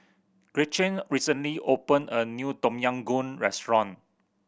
Gretchen recently opened a new Tom Yam Goong restaurant